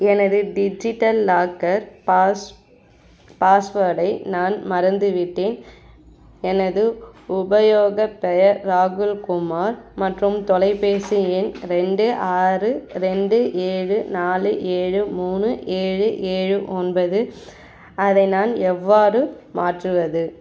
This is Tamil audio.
எனது டிஜிட்டல் லாக்கர் பாஸ் பாஸ்வேர்டை நான் மறந்துவிட்டேன் எனது உபயோகப்பெயர் ராகுல் குமார் மற்றும் தொலைபேசி எண் ரெண்டு ஆறு ரெண்டு ஏழு நாலு ஏழு மூணு ஏழு ஏழு ஒன்பது அதை நான் எவ்வாறு மாற்றுவது